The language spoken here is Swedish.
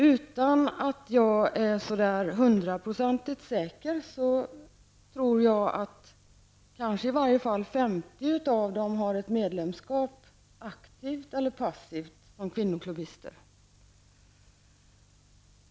Utan att jag är hundraprocentigt säker, tror jag att kanske i varje fall 50 av dem har ett medlemskap, aktivt eller passivt, som kvinnoklubbister.